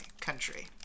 country